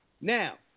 Now